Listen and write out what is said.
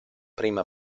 prima